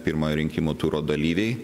pirmojo rinkimų turo dalyviai